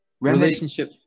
relationship